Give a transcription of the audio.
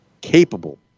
capable